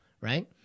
right